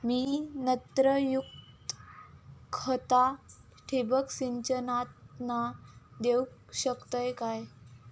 मी नत्रयुक्त खता ठिबक सिंचनातना देऊ शकतय काय?